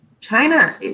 China